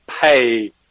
pay